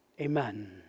Amen